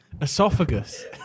esophagus